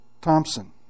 Thompson